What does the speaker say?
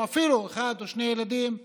או אפילו ילד או שניים,